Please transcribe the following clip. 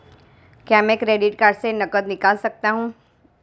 क्या मैं credit card से नकद निकाल सकता हूँ?